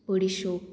बडिशोप